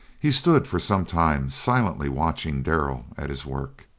he stood for some time silently watching darrell at his work.